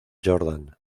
jordan